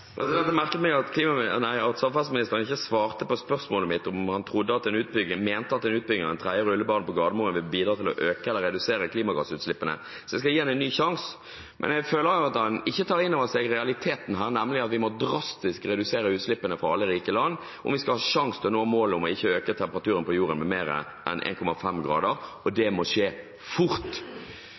svarte på spørsmålet mitt, om han mente at en utbygging av en tredje rullebane på Gardermoen vil bidra til å øke eller redusere klimagassutslippene, så jeg skal gi ham en ny sjanse. Men jeg føler at han ikke tar inn over seg realiteten her, nemlig at vi må drastisk redusere utslippene fra alle rike land om vi skal ha en sjanse til å nå målet om ikke å øke temperaturen på jorden med mer enn 1,5 grader, og det må skje fort.